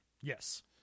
Yes